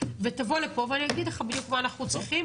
ותבוא לפה ואני אגיד לך בדיוק מה אנחנו צריכים.